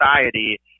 society